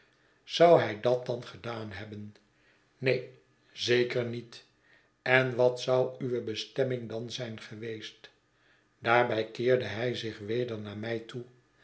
zou hij dat dan gedaan hebben neen zeker niet en wat zou uwe bestemming dan zijn geweest daarbij keerde hij zich weder naar mij toe